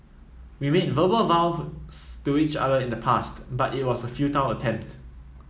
we made verbal vows to each other in the past but it was a futile attempt